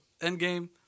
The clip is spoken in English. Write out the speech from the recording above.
Endgame